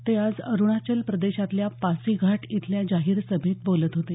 ते आज अरुणाचल प्रदेशातल्या पासीघाट इथल्या जाहीर सभेत बोलत होते